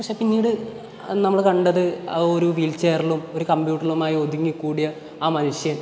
പക്ഷേ പിന്നീട് നമ്മൾ കണ്ടത് അത് ഒരു വീൽചെയറിലും ഒരു കംപ്യൂട്ടറിലുമായി ഒതുങ്ങിക്കൂടിയ ആ മനുഷ്യൻ